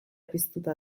piztuta